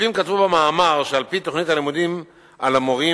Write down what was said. הכותבים כתבו במאמר שעל-פי תוכנית הלימודים על המורים